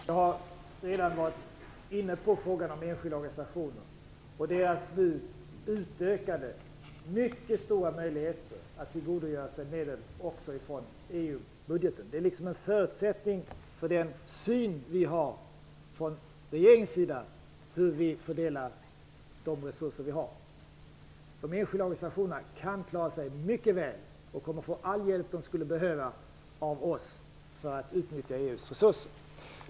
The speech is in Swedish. Fru talman! Jag har redan varit inne på frågan om enskilda organisationer. Det finns nu utökade och mycket stora möjligheter att tillgodogöra sig medel också från EU-budgeten. Det är en förutsättning för den syn som vi har från regeringens sida på hur vi skall fördela de resurser som vi har. De enskilda organisationerna kan klara sig mycket väl och kommer att få all den hjälp de kan behöva av oss för att utnyttja EU:s resurser.